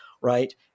right